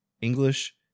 English